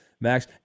Max